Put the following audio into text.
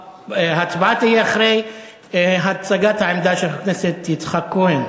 ההצבעה תהיה אחרי הצגת העמדה של חבר הכנסת יצחק כהן.